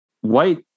White